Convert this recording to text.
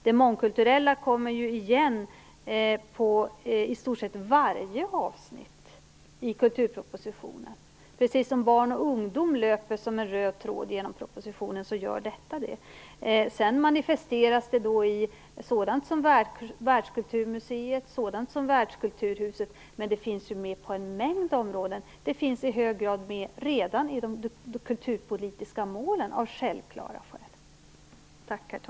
Det mångkulturella kommer igen i varje avsnitt, i stort sett, i kulturpropositionen, precis som barn och ungdom löper som en röd tråd genom propositionen. Det manifesteras i sådant som världskulturmuseet och världskulturhuset, men det finns med på en mängd områden. Det finns i hög grad med redan i de kulturpolitiska målen, av självklara skäl.